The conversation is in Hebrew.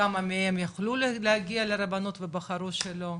כמה מהם יכלו להגיע לרבנות ובחרו שלא,